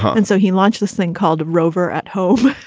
ah and so he launched this thing called rovere at home,